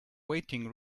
waiting